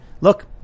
look